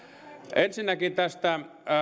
ensinnäkin tästä